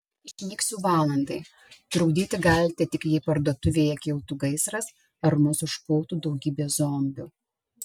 išnyksiu valandai trukdyti galite tik jei parduotuvėje kiltų gaisras ar mus užpultų daugybė zombių